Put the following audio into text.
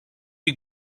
you